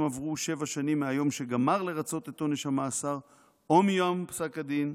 עברו שבע שנים מהיום שגמר לרצות את עונש המאסר או מיום פסק הדין,